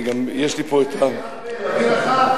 יש לי כאלה הרבה, להביא לך?